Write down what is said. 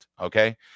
Okay